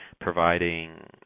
providing